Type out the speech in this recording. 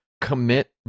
commit